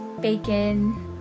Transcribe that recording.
bacon